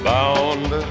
Bound